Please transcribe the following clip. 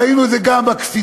ראינו את זה גם בקפיצה,